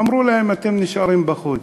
אמרו להם: אתם נשארים בחוץ.